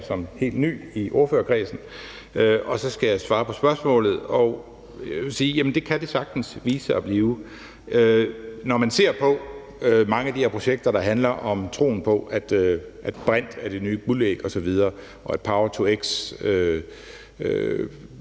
som helt ny i ordførerkredsen. Så skal jeg svare på spørgsmålet og sige, at det kan det sagtens vise sig at blive. Når man ser på mange af de her projekter, der handler om troen på, at brint er det nye guldæg osv., og at power-to-x